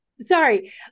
Sorry